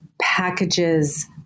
packages